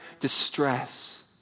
distress